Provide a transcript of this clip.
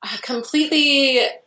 completely